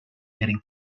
heading